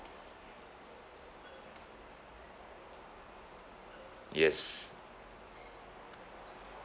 yes